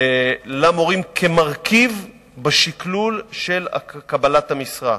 למורים, כמרכיב בשקלול של קבלת המשרה.